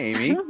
Amy